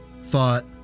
thought